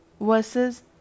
versus